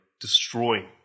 destroying